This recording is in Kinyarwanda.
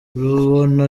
rubona